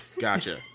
Gotcha